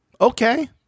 Okay